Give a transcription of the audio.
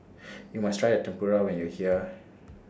YOU must Try Tempura when YOU Are here